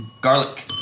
Garlic